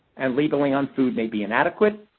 and labelling on food may be inadequate.